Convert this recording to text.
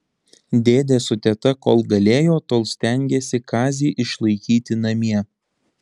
dėdė su teta kol galėjo tol stengėsi kazį išlaikyti namie